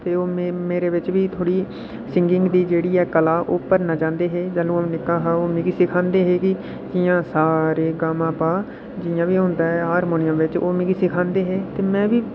ते मेरे बिच बी थोह्ड़ी सिंगिंग दी जेह्ड़ी कला ओह् भरना चांह्दे हे उ'ऊं निक्का हा मिकी सखांदे हे कि कि'यां सारे गामा पा जि'यां बी होंदा ऐ हारमोनियम बिच ओह् मिकी सखांदे हे ते में बी